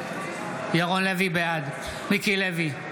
בעד מיקי לוי,